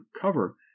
cover